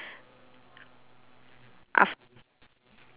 af~